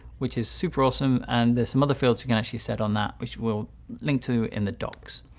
which is super awesome. and there's some other fields you can actually set on that, which we'll link to in the docs.